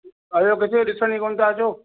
आहियो किथे ॾिसण ई कोन था अचो